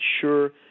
sure